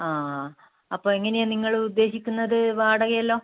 ആ അപ്പോൾ എങ്ങനെയാണ് നിങ്ങളുദ്ദേശിക്കുന്നത് വാടകയെല്ലാം